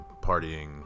partying